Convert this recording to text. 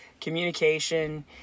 Communication